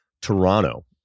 Toronto